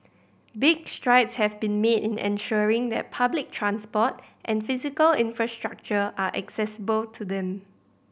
big strides have been made in ensuring that public transport and physical infrastructure are accessible to them